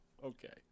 Okay